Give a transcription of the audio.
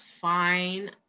fine